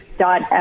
dot